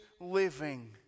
living